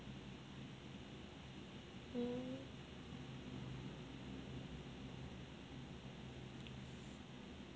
mm